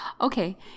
Okay